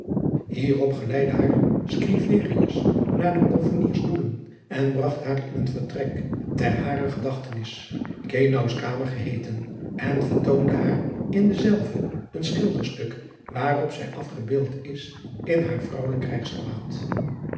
hierop geleidde haar scriverius naar de kolveniers doelen en bragt haar in een vertrek ter harer gedachtenis kenaus kamer geheeten en vertoonde haar in dezelve een schilderstuk waarop zij afgebeeld is in haar